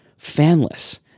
fanless